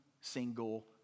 single